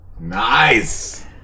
Nice